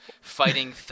fighting